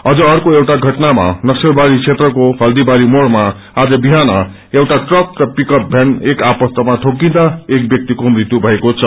अझ अर्को घटामा नक्सल बारी क्षेत्रको हल्दीबारी मोड़मा आज बिहान एउआ ट्रक र पिकअप भ्यान एक आपस्तमा ठोकिन्दा एक व्याक्तिको मृत्यु भएको छ